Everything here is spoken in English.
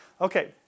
Okay